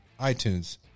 iTunes